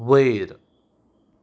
वयर